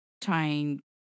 trying